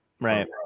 Right